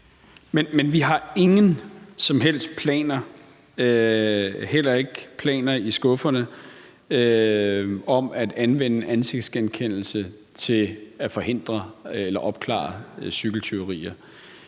Men vi har ingen som helst planer, heller ikke planer i skufferne, om at anvende ansigtsgenkendelse til at forhindre eller opklare cykeltyverier.